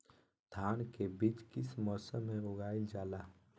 धान के बीज किस मौसम में उगाईल जाला?